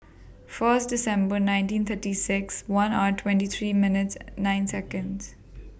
First December nineteen thirty six one hours twenty three minutes nine Seconds